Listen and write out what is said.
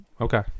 Okay